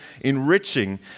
enriching